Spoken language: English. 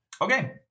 Okay